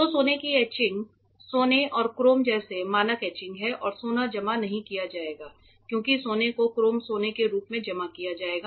तो सोने की एचिंग सोने और क्रोम जैसे मानक एचिंग हैं और सोना जमा नहीं किया जाएगा क्योंकि सोने को क्रोम सोने के रूप में जमा किया जाएगा